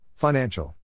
Financial